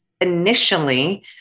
Initially